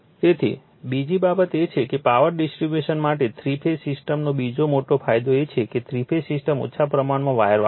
તેથી બીજી બાબત એ છે કે પાવર ડિસ્ટ્રિબ્યુશન માટે થ્રી ફેઝ સિસ્ટમનો બીજો મોટો ફાયદો એ છે કે થ્રી ફેઝ સિસ્ટમ ઓછા પ્રમાણમાં વાયર વાપરે છે